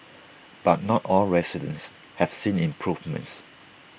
but not all residents have seen improvements